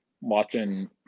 watching